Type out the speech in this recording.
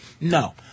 No